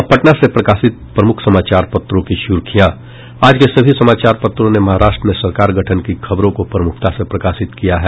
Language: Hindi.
अब पटना से प्रकाशित प्रमुख समाचार पत्रों की सुर्खियां आज के सभी समाचार पत्रों ने महाराष्ट्र में सरकार गठन की खबरों को प्रमुखता से प्रकाशित किया है